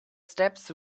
steps